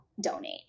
donate